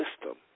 system